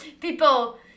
People